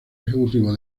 ejecutivo